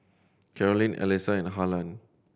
Carolann Allyssa and Harland